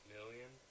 Million